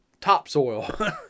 topsoil